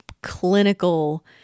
clinical